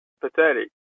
pathetic